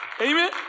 Amen